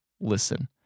Listen